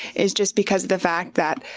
is just because of the fact that,